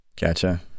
Gotcha